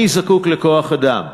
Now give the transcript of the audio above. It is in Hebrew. אני זקוק לכוח-אדם,